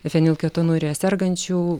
fenilketonurija sergančių